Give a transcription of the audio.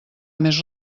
més